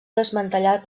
desmantellat